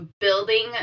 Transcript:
building